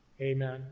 Amen